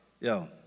yo